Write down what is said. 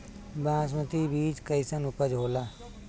बासमती बीज कईसन उपज होला?